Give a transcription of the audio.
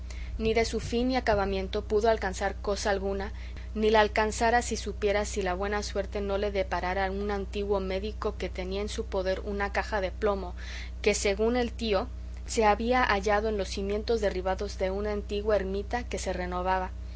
ni de su fin y acabamiento pudo alcanzar cosa alguna ni la alcanzara ni supiera si la buena suerte no le deparara un antiguo médico que tenía en su poder una caja de plomo que según él dijo se había hallado en los cimientos derribados de una antigua ermita que se renovaba